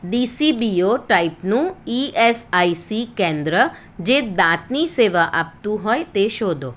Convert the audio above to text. DCBO ટાઈપનું ESIC કેન્દ્ર જે દાંતની સેવા આપતું હોય તે શોધો